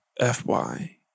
FY